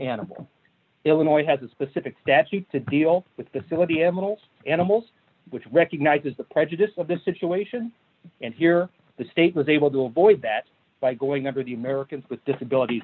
animal illinois has a specific statute to deal with the sill of the animals animals which recognizes the prejudice of the situation and here the state was able to avoid that by going under the americans with disabilities